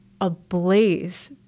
ablaze